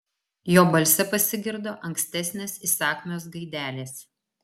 jo balse pasigirdo ankstesnės įsakmios gaidelės